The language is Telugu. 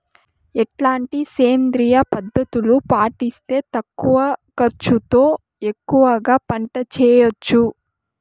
ఎట్లాంటి సేంద్రియ పద్ధతులు పాటిస్తే తక్కువ ఖర్చు తో ఎక్కువగా పంట చేయొచ్చు?